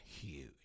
huge